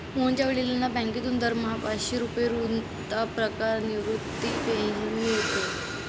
मोहनच्या वडिलांना बँकेतून दरमहा पाचशे रुपये वृद्धापकाळ निवृत्ती पेन्शन मिळते